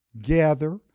gather